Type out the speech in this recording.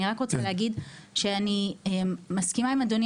אני רק רוצה להגיד שאני מסכימה עם אדוני,